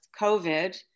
COVID